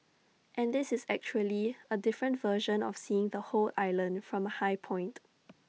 and this is actually A different version of seeing the whole island from A high point